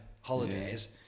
holidays